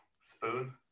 Spoon